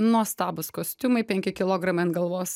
nuostabūs kostiumai penki kilogramai ant galvos